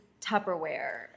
Tupperware